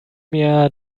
mir